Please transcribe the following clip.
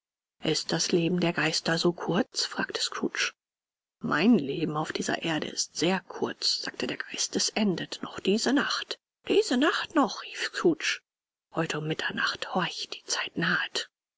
ist das leben der geister so kurz fragte scrooge mein leben auf dieser erde ist sehr kurz sagte der geist es endet noch diese nacht diese nacht noch rief scrooge heute um mitternacht horch die zeit nahet